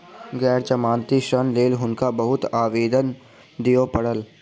गैर जमानती ऋणक लेल हुनका बहुत आवेदन दिअ पड़ल